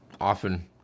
often